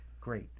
Great